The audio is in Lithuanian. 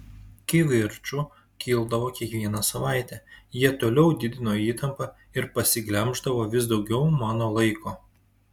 kivirčų kildavo kiekvieną savaitę jie toliau didino įtampą ir pasiglemždavo vis daugiau mano laiko